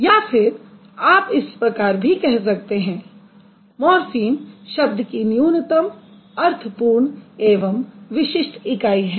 या फिर आप इसे इस प्रकार भी कह सकते हैं मॉर्फ़िम शब्द की न्यूनतम अर्थपूर्ण एवं विशिष्ट इकाई हैं